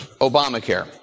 Obamacare